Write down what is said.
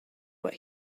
what